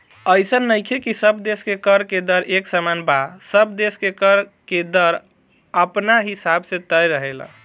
अइसन नइखे की सब देश के कर के दर एक समान बा सब देश के कर के दर अपना हिसाब से तय रहेला